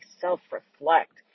self-reflect